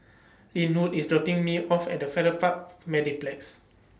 Lynwood IS dropping Me off At The Farrer Park Mediplex